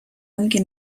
ongi